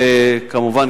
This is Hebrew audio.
וכמובן,